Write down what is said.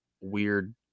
weird